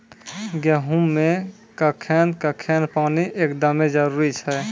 गेहूँ मे कखेन कखेन पानी एकदमें जरुरी छैय?